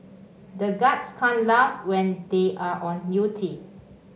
the guards can't laugh when they are on duty